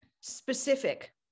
specific